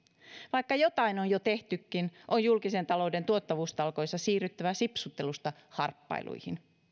vaikka jotain on jo tehtykin on julkisen talouden tuottavuustalkoissa siirryttävä sipsuttelusta harppailuihin